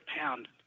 pound